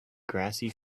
grassy